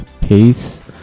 Peace